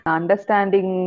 Understanding